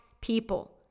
people